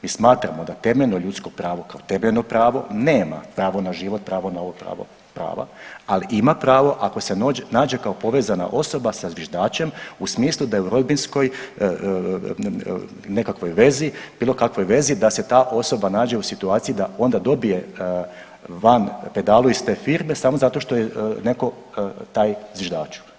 Mi smatramo da temeljno ljudsko pravo kao temeljno pravo nema pravo na život, pravo na ovo, pravo, prava, ali ima pravo ako se nađe kao povezana osoba sa zviždačem u smislu da je u rodbinskoj nekakvoj vezi, bilo kakvoj vezi da se ta osoba nađe u situaciji da onda dobije van pedalu iz te firme samo zato što je neko taj zviždaču.